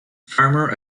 farmer